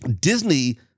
Disney